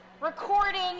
recording